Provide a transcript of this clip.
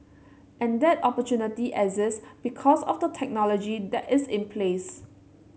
and that opportunity exists because of the technology that is in place